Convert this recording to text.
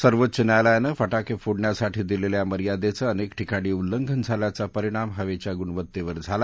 सर्वोच्च न्यायालयानं फटाके फोडण्यासाठी दिलेल्या मयदिचं अनेक ठिकाणी उल्लंघन झाल्याचा परिणाम हवेच्या गुणवत्तेवर झाला